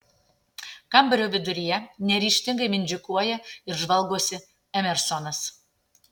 kambario viduryje neryžtingai mindžikuoja ir žvalgosi emersonas